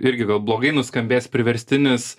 irgi blogai nuskambės priverstinis